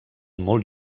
molt